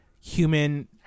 human